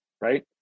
right